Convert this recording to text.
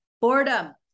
boredom